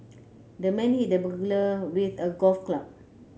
the man hit the burglar with a golf club